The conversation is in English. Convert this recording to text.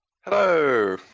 Hello